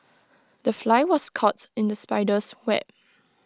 the fly was caught in the spider's web